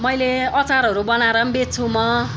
मैले अचारहरू बनाएर पनि बेच्छु म